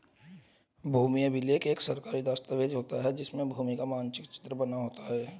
भूमि अभिलेख एक सरकारी दस्तावेज होता है जिसमें भूमि का मानचित्र बना होता है